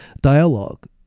dialogue